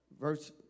Verse